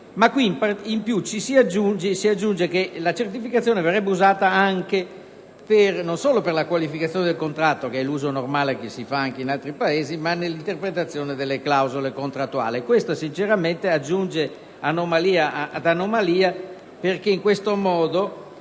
in più si aggiunge che la certificazione verrebbe usata non solo per la qualificazione del contratto - che è l'uso normale che se ne fa anche in altri Paesi - ma anche nell'interpretazione delle clausole contrattuali. Questo sinceramente aggiunge anomalia ad anomalia perché in questo modo